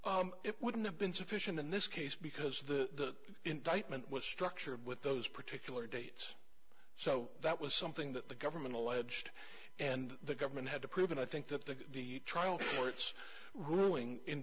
sufficient it wouldn't have been sufficient in this case because the indictment was structured with those particular dates so that was something that the government alleged and the government had to prove and i think that the the trial court's ruling in